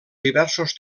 diversos